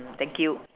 thank you